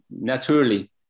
naturally